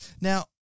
Now